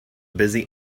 busy